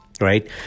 right